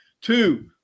two